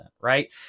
right